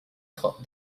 taught